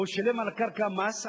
והוא שילם על הקרקע מס,